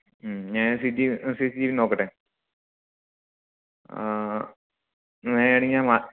ഉം ഞാന് C C T V നോക്കട്ടെ അങ്ങനെയാണെങ്കില് ഞാന് വാ